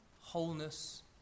wholeness